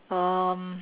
um